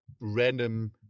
random